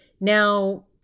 Now